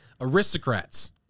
Aristocrats